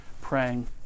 praying